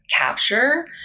capture